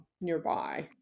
nearby